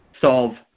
solve